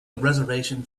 reservation